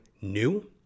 new